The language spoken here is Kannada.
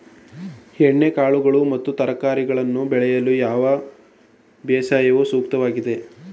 ಎಣ್ಣೆಕಾಳುಗಳು ಮತ್ತು ತರಕಾರಿಗಳನ್ನು ಬೆಳೆಯಲು ಯಾವ ಬೇಸಾಯವು ಸೂಕ್ತವಾಗಿದೆ?